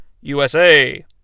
USA